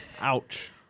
Ouch